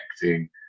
connecting